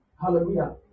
hallelujah